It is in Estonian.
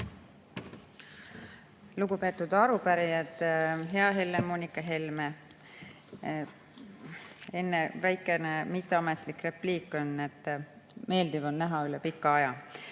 Lugupeetud arupärijad! Hea Helle-Moonika Helme! Enne väikene mitteametlik repliik: meeldiv on näha üle pika aja.